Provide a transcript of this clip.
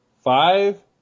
Five